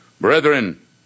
brethren